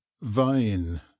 vain